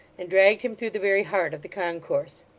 and dragged him through the very heart of the concourse.